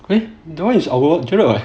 eh that [one] is our jarod [what]